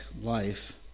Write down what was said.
life